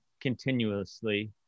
continuously